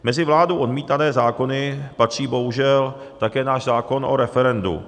Mezi vládou odmítané zákony patří bohužel také náš zákon o referendu.